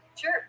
Sure